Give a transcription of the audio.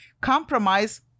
compromise